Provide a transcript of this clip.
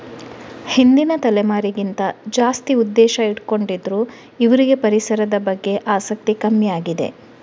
ಹಿಂದಿನ ತಲೆಮಾರಿಗಿಂತ ಜಾಸ್ತಿ ಉದ್ದೇಶ ಇಟ್ಕೊಂಡಿದ್ರು ಇವ್ರಿಗೆ ಪರಿಸರದ ಬಗ್ಗೆ ಆಸಕ್ತಿ ಕಮ್ಮಿ ಆಗಿದೆ